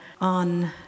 on